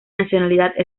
nacionalidad